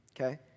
okay